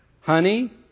Honey